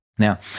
Now